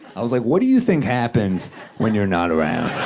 i was like, what do you think happens when you're not around?